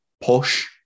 push